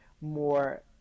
more